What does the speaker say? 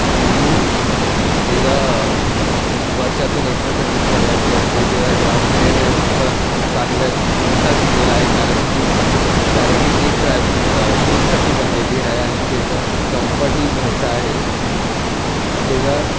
आणि त्याचं वर्षातून एकदा सर्विस करायची असते त्याचं ग्राऊंड क्लेअरन्स पण चांगलं आहे मोठा दिलेला आहे कारण की कारण की ती ट्रॅवलीग ट्रिपसाठी बनलेली आहे आणि त्याचं कम्फर्टही मोठं आहे आणि त्याचा